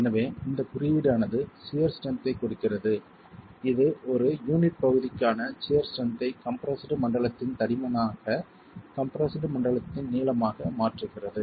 எனவே இந்தக் குறியீடானது சியர் ஸ்ட்ரென்த் ஐக் கொடுக்கிறது இது ஒரு யூனிட் பகுதிக்கான சியர் ஸ்ட்ரென்த் ஐ கம்ப்ரெஸ்டு மண்டலத்தின் தடிமனாக கம்ப்ரெஸ்டு மண்டலத்தின் நீளமாக மாற்றுகிறது